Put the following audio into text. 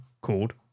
called